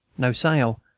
no sail,